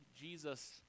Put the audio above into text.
Jesus